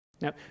Now